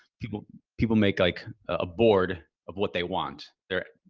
people people make like a board of what they want. they're,